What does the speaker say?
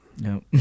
No